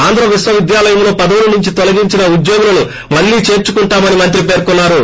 ఆంధ్ర విశ్వవిద్యాలయంలో పదవుల నుంచి తొలగించిన ఉద్యోగులను మళ్లీ చేర్చుకుంటామని మంత్రి పేర్కొన్నారు